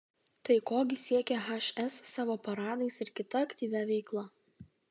tai ko gi siekia hs savo paradais ir kita aktyvia veikla